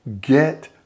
get